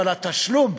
אבל התשלום,